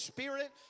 Spirit